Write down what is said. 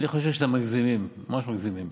אני חושב שאתם מגזימים, ממש מגזימים.